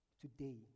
today